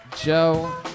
Joe